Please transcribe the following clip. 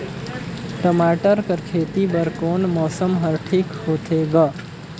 टमाटर कर खेती बर कोन मौसम हर ठीक होथे ग?